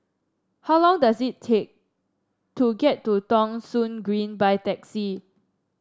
how long does it take to get to Thong Soon Green by taxi